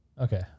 Okay